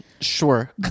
Sure